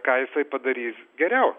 ką jisai padarys geriau